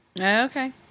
Okay